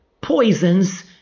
poisons